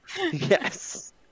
Yes